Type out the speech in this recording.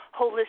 holistic